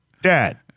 dad